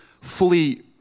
fully